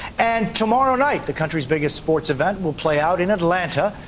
and tomorrow night, the country's biggest sports event will play out in atlanta.